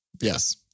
Yes